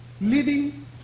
leading